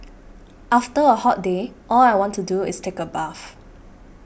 after a hot day all I want to do is take a bath